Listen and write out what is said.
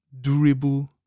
durable